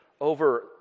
over